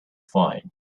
find